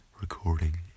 recording